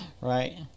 Right